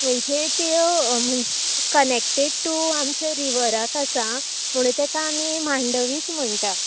म्हणजे त्यो म्ह कनेकटेड टू आमच्यो रिवराक आसा म्हुणू तेका आमी मांडवीच म्हणटा